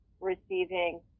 receiving